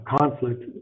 conflict